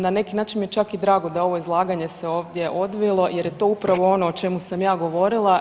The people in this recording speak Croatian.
Na neki način mi je čak i drago da ovo izlaganje se ovdje odvilo jer je to upravo ono o čemu sam ja govorila.